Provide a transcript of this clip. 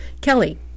Kelly